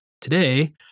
today